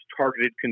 targeted